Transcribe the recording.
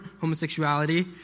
homosexuality